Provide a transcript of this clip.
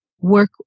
work